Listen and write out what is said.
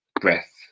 breath